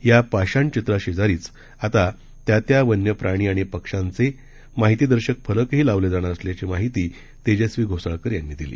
या पाषाणचित्रांशेजारीच आता त्या त्या वन्य प्राणी आणि पक्ष्यांचे माहिदर्शक फलकही लावले जाणार असल्याची माहिती तेजस्वी घोसाळकर यांनी दिली